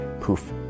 poof